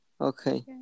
Okay